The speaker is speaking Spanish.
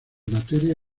materia